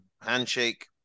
Handshake